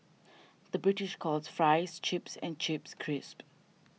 the British calls Fries Chips and Chips Crisps